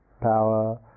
power